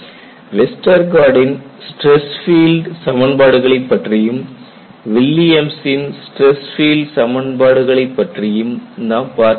வெஸ்டர்கார்டின் stress field Westergaard's stress field சமன்பாடுகளைப் பற்றியும் வில்லியம்ஸின் stress field Williams' stress field சமன்பாடுகளைப் பற்றியும் நாம் பார்த்திருக்கிறோம்